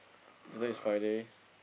today is Friday